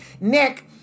Nick